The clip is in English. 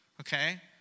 Okay